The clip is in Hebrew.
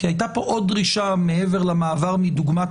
כי הייתה פה עוד דרישה מעבר למעבר מדוגמת